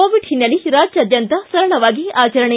Covid ಹಿನ್ನೆಲೆ ರಾಜ್ಯಾದ್ಯಂತ ಸರಳವಾಗಿ ಆಚರಣೆ